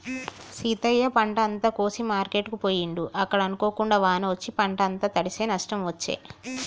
సీతయ్య పంట అంత కోసి మార్కెట్ కు పోయిండు అక్కడ అనుకోకుండా వాన వచ్చి పంట అంత తడిశె నష్టం వచ్చే